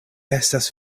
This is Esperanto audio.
estas